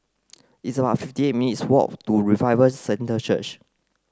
it's about fifty eight minutes' walk to Revival Centre Church